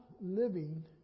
living